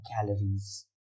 calories